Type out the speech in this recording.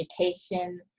education